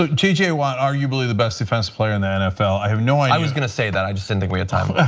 ah j j. watt, arguably the best defensive player in the nfl i you know i was going to say that, i just didn't think we had time.